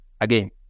again